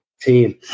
team